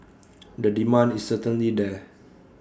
the demand is certainly there